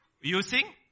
using